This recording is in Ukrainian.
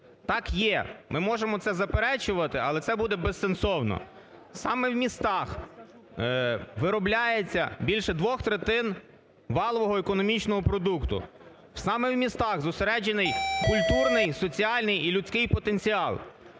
так є. Ми можемо це заперечувати, але це буде безсенсовно. Саме в містах виробляється більше двох третин валового економічного продукту. Саме в містах зосереджений культурний, соціальний і людський потенціал.